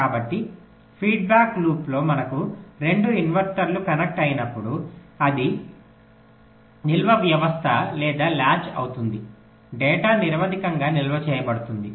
కాబట్టి ఫీడ్బ్యాక్ లూప్లో మనకు రెండు ఇన్వర్టర్లు కనెక్ట్ అయినప్పుడు అది నిల్వ వ్యవస్థ లేదా లాచ్ అవుతుంది డేటా నిరవధికంగా నిల్వ చేయబడుతుంది